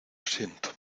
siento